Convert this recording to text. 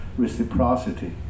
reciprocity